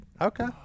Okay